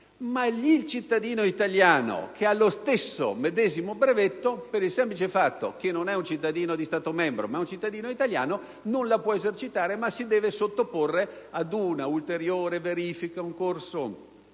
che il cittadino italiano con lo stesso medesimo brevetto, per il semplice fatto che non è un cittadino di Stato membro ma è cittadino italiano, non la può esercitare e si deve sottoporre a un ulteriore corso,